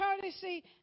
courtesy